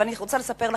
אבל אני רוצה לספר לכם,